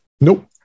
Nope